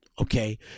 okay